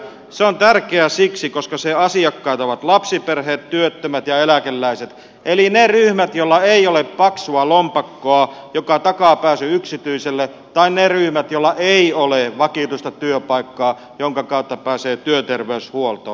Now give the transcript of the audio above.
se on tärkeää siksi että sen asiakkaita ovat lapsiperheet työttömät ja eläkeläiset eli ne ryhmät joilla ei ole paksua lompakkoa joka takaa pääsyn yksityiselle tai ne ryhmät joilla ei ole vakituista työpaikkaa jonka kautta pääsee työterveyshuoltoon